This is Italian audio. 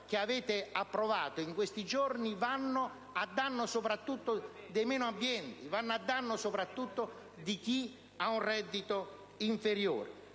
che avete approvato in questi giorni vanno a danno soprattutto dei meno abbienti, di chi ha un reddito inferiore.